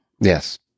Yes